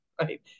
right